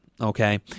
okay